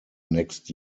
next